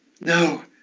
No